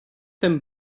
them